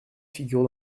figure